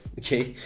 okay,